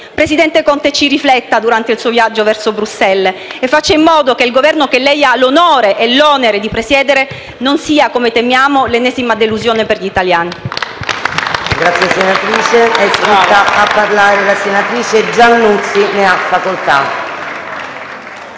lì. Presidente Conte, ci rifletta durante il suo viaggio verso Bruxelles e faccia in modo che il Governo che lei ha l'onore e l'onere di presiedere non sia, come teniamo, l'ennesima delusione per gli italiani.